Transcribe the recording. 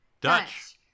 Dutch